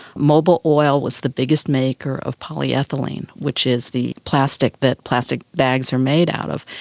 mobil oil was the biggest maker of polyethylene, which is the plastic that plastic bags are made out of.